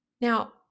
Now